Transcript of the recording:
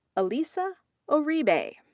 elisa ah uribe.